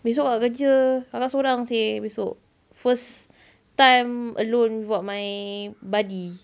esok kakak kerja kakak sorang seh esok first time alone buat my buddy